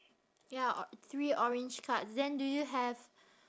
ya or~ three orange cards then do you have